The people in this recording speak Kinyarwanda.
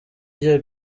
njye